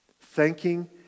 thanking